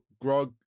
Grog